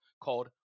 called